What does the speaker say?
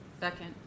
Second